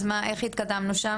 אז מה יש לנו, איך התקדמנו שם?